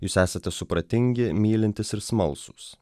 jūs esate supratingi mylintys ir smalsūs